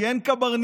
כי אין קברניט,